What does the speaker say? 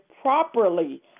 Properly